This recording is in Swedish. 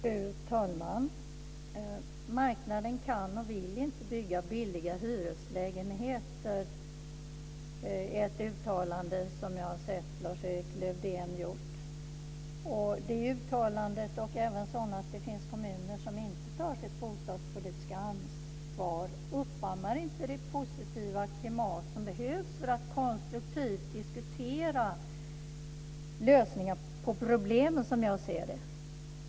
Fru talman! Marknaden kan och vill inte bygga billiga hyreslägenheter. Det är ett uttalande som jag har hört att Lars-Erik Lövdén har gjort. Det uttalandet, och även sådana att det finns kommuner som inte tar sitt bostadspolitiska ansvar, uppammar inte det positiva klimat som behövs för att konstruktivt diskutera lösningar på problemen, som jag ser det.